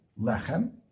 lechem